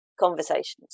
conversations